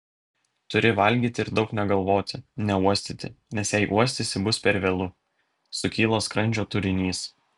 turi valgyti ir daug negalvoti neuostyti nes jei uostysi bus per vėlu sukyla skrandžio turinys